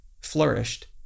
flourished